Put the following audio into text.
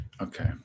okay